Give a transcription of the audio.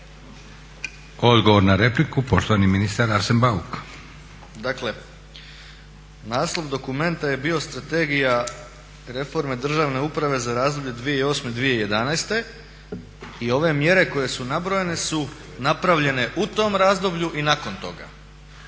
Odgovor na repliku poštovani ministar Arsen Bauk. **Bauk, Arsen (SDP)** Dakle naslov dokumenta je bio Strategija reforme državne uprave za razdoblje 2008./2011. i ove mjere koje su nabrojane su napravljene u tom razdoblju i nakon toga.